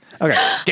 Okay